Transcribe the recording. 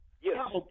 Yes